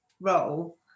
role